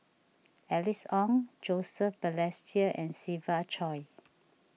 Alice Ong Joseph Balestier and Siva Choy